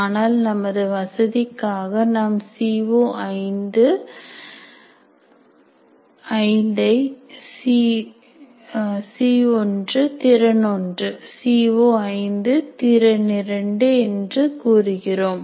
ஆனால் நமது வசதிக்காக நாம் சி ஓ5 ஐ சி 1 திறன்1 சிஓ5 திறன்2 என்று கூறுகிறோம்